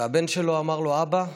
והבן שלו אמר לו: אבא,